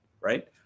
right